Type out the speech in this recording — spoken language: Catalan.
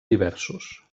diversos